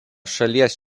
šalies